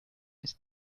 ist